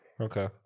Okay